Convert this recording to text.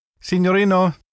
Signorino